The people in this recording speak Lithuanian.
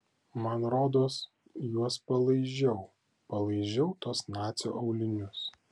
man rodos juos palaižiau palaižiau tuos nacio aulinius